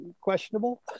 Questionable